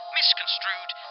misconstrued